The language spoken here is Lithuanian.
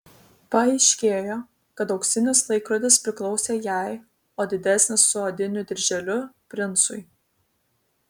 paaiškėjo kad auksinis laikrodis priklausė jai o didesnis su odiniu dirželiu princui